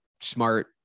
smart